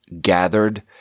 gathered